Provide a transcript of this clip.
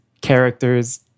characters